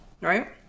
right